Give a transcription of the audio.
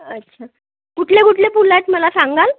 अच्छा कुठले कुठले फुलं आहेत मला सांगाल